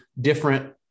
different